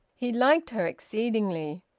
he liked her exceedingly.